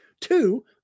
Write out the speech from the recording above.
two